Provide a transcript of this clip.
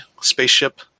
spaceship